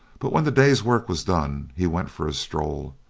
but when the day's work was done he went for a stroll,